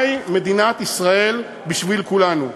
מהי מדינת ישראל בשביל כולנו?